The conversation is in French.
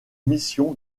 mission